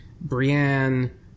Brienne